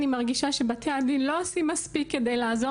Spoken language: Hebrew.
אני מרגישה שבתי הדין לא עושים מספיק כדי לעזור